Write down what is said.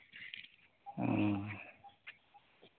ᱦᱩᱸ